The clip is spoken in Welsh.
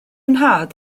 nhad